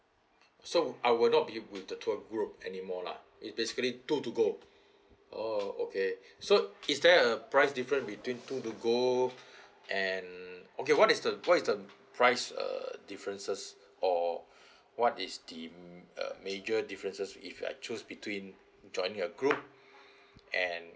so I would not be with the tour group anymore lah it's basically two to go oh okay so is there a price difference between two to go and okay what is the what is the price uh differences or what is the uh major differences if I choose between joining a group and